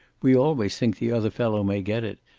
we always think the other fellow may get it,